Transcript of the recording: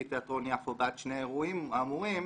תיאטרון יפו בעד שני האירועים האמורים,